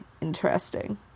interesting